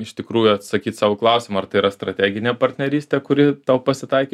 iš tikrųjų atsakyt sau į klausimą ar tai yra strateginė partnerystė kuri tau pasitaikė